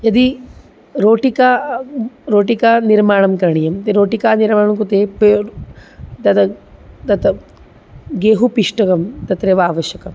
यदि रोटिका रोटिका निर्माणं करणीयम् इति रोटिका निर्माणं कृते पेड् दद दत् गेहुपिष्टकं तत्रैव आवश्यकम्